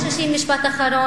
אם אתם חוששים, משפט אחרון,